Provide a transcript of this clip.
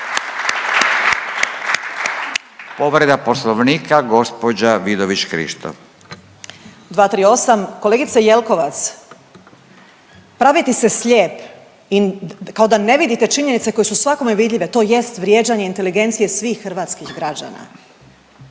**Vidović Krišto, Karolina (OIP)** 238., kolegice Jelkovac, praviti se slijep kao da ne vidite činjenice koje su svakome vidljive to jest vrijeđanje inteligencije svih hrvatskih građana.